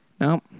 No